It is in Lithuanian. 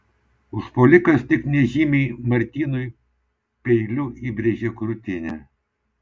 užpuolikas tik nežymiai martynui peiliu įbrėžė krūtinę